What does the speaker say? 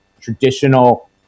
traditional